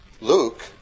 Luke